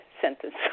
sentence